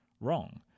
wrong